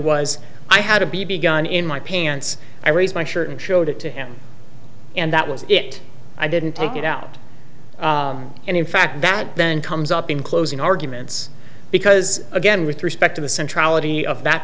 was i had a b b gun in my pants i raised my shirt and showed it to him and that was it i didn't take it out and in fact that then comes up in closing arguments because again with respect to the centrale any of that